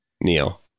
Neil